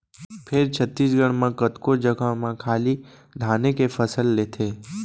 फेर छत्तीसगढ़ म कतको जघा म खाली धाने के फसल लेथें